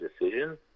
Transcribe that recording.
decision